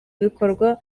bikorwa